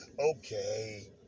Okay